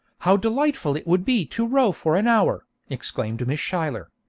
how delightful it would be to row for an hour exclaimed miss schuyler.